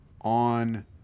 on